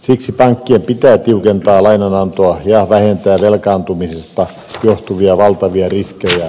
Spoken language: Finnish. siksi pankkien pitää tiukentaa lainanantoa ja vähentää velkaantumisesta johtuvia valtavia riskejä